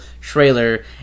trailer